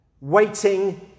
Waiting